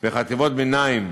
בחטיבות הביניים,